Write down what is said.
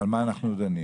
מה אנו דנים?